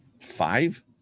Five